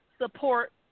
support